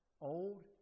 old